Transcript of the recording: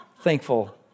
thankful